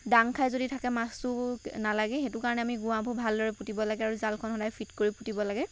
দাংখাই যদি থাকে মাছটো নালাগে সেইটো কাৰণে আমি গোৱাবোৰ ভাল দৰে পুতিব লাগে আৰু জালখন সদায় ফিট কৰি পুতিব লাগে